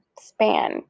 span